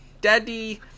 Daddy